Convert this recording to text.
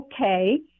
okay